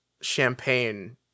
champagne